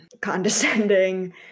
condescending